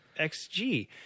XG